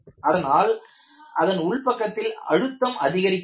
அதனால் அதன் உள் பக்கத்தில் அழுத்தம் அதிகரிக்கிறது